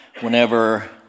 Whenever